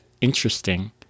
interesting